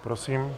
Prosím.